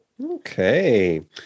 Okay